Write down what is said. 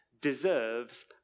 deserves